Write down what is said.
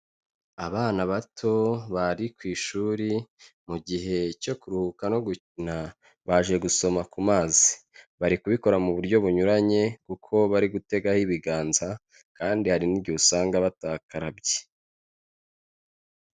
Abana bato bari ku ishuri mu gihe cyo kuruhuka no gukina baje gusoma ku mazi. Bari kubikora mu buryo bunyuranye kuko bari gutegaho ibiganza kandi hari n'igihe usanga batakarabye.